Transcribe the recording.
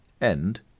End